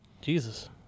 Jesus